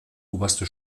oberste